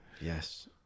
yes